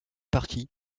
partie